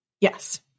yes